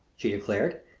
she declared.